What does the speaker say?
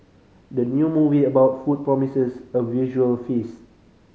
the new movie about food promises a visual feast